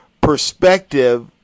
perspective